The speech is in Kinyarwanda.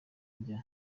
rya